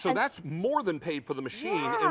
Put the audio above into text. so that's more than paid for the machine.